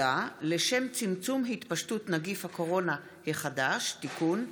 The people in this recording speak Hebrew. לשם צמצום התפשטות נגיף הקורונה החדשה) (תיקון),